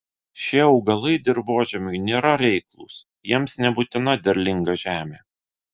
šie augalai dirvožemiui nėra reiklūs jiems nebūtina derlinga žemė